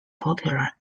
popular